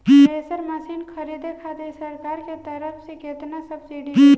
Thresher machine खरीदे खातिर सरकार के तरफ से केतना सब्सीडी मिली?